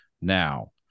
now